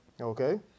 okay